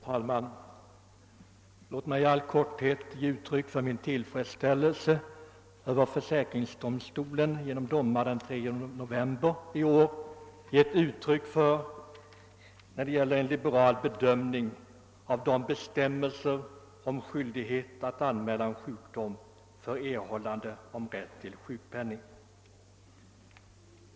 Herr talman! Låt mig i all korthet ge uttryck för min tillfredsstälielse över att försäkringsdomstolen genom domar den 3 november i år tillämpat en liberalare bedömning av bestämmelserna om skyldighet att anmäla sjukdom för erhållande av rätt till sjukpenning.